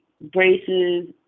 braces